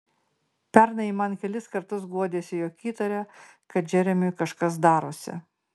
pernai ji man kelis kartus guodėsi jog įtaria kad džeremiui kažkas darosi